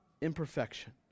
imperfection